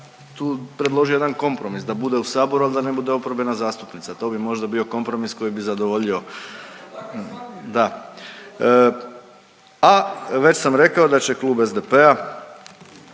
tu predložio jedan kompromis da bude u Saboru, ali da ne bude oporbena zastupnica. To bi možda bio kompromis koji bi zadovoljio, da. A već sam rekao da će klub SDP-a